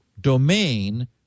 domain